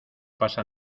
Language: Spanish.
pasa